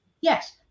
Yes